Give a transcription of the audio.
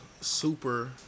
super